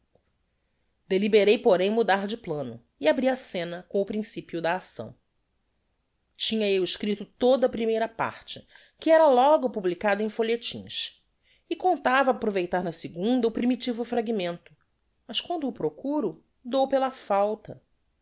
deliberei porem mudar de plano e abri a scena com o principio da acção tinha eu escripto toda a primeira parte que era logo publicada em folhetins e contava aproveitar na segunda o primitivo fragmento mas quando o procuro dou pela falta